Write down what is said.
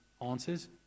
answers